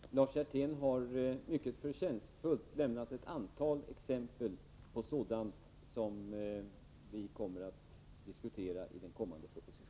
Herr talman! Lars Hjertén har mycket förtjänstfullt lämnat ett antal exempel på sådant som vi kommer att diskutera i den kommande propositionen.